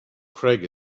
craig